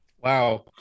Wow